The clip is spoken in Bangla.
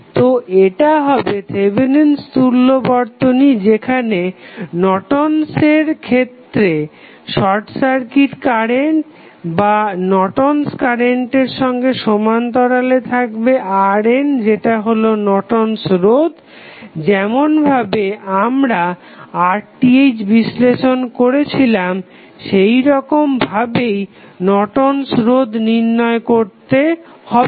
তো এটা হবে থেভেনিন'স তুল্য Thevenins equivalent বর্তনী যেখানে নর্টন'স এর ক্ষেত্রে শর্ট সার্কিট কারেন্ট বা নর্টন'স কারেন্ট এর সঙ্গে সমান্তরালে থাকবে RN যেটা হলো নর্টন'স রোধ Nortons resistance যেমন ভাবে আমরা RTh বিশ্লেষণ করেছিলাম সেইরকম ভাবেই নর্টন'স রোধ Nortons resistance নির্ণয় করা হবে